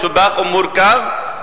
מסובך ומורכב,